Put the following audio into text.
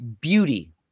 beauty